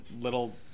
little